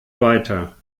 weiter